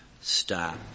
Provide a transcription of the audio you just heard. stop